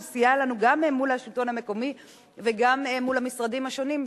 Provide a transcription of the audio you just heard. שסייע לנו גם מול השלטון המקומי וגם מול המשרדים השונים,